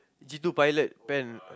G two pilot pen